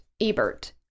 Ebert